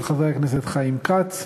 של חבר הכנסת חיים כץ,